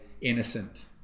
innocent